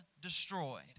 destroyed